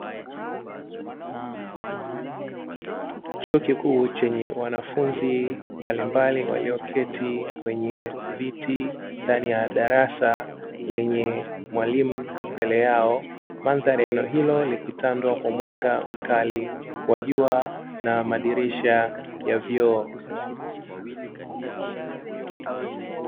Chuo kikuu chenye wanafunzi mbalimbali walioketi kwenye viti ndani ya darasa lenye mwalimu mbele yao. Mandhari ya eneo hilo ikitandwa kwa mwanga mkali wa jua na madirisha ya vioo.